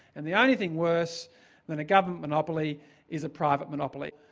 and the only thing worse than a government monopoly is a private monopoly.